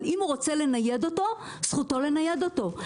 אבל אם הוא רוצה לנייד אותו זכותו לנייד אותו.